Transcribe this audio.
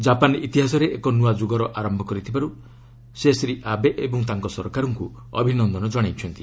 Japan ଇତିହାସରେ ଏକ ନ୍ତଆ ଯୁଗର ଆରମ୍ଭ କରିଥିବାର୍ତ ସେ ଶ୍ରୀ ଆବେ ଓ ତାଙ୍କ ସରକାରଙ୍କ ଅଭିନନ୍ଦନ ଜଣାଇଛନ୍ତି